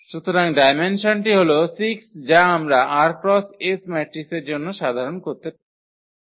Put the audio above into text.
সুতরাং ডায়মেনসনটি হল 6 যা আমরা r X s ম্যাট্রিক্সের জন্য সাধারণ করতে পারি